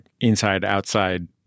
inside-outside